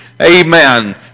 Amen